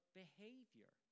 behavior